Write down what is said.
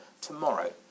tomorrow